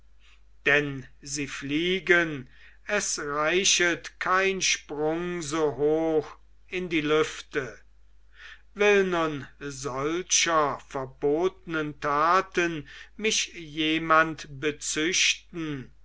denn sie fliegen es reichet kein sprung so hoch in die lüfte will nun solcher verbotenen taten mich jemand bezüchten